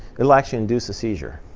it'll actually induce a seizure.